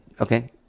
Okay